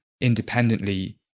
independently